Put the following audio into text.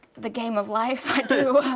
the game of life, i do.